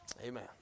Amen